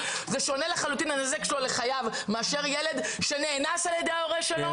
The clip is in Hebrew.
זה שונה לחלוטין מהנזק מאשר ילד שנאנס על ילד ההורה שלו?